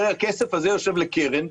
הכסף הזה עובר לקרן,